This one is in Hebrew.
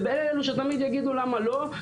לכן אלו שתמיד יגידו למה לא,